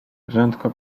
prędko